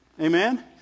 Amen